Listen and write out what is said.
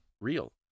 real